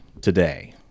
today